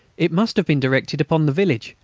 it must have been directed upon the village,